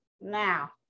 Now